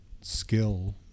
skill